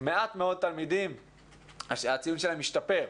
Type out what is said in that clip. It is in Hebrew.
מעט מאוד תלמידים הציון שלהם השתפר,